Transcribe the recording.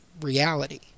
reality